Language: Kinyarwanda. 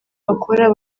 bakora